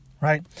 right